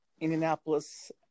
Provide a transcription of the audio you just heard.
Indianapolis